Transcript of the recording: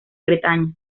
bretaña